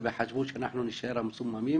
נושא נוסף,